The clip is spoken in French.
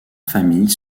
familles